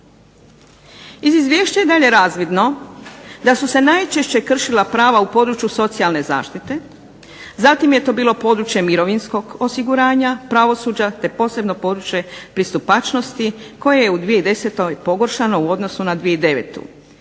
Iz izvješća je dalje razvidno da su se najčešće kršila prava u području socijalne zaštite, zatim je to bilo područje mirovinskog osiguranja, pravosuđa te posebno područje pristupačnosti koje je u 2010. pogoršano u odnosu na 2009.